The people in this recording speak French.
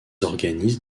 organisent